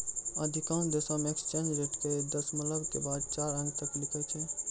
अधिकांश देशों मे एक्सचेंज रेट के दशमलव के बाद चार अंक तक लिखै छै